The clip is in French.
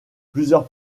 plusieurs